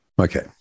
Okay